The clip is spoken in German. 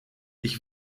ich